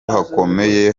hakomeye